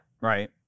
Right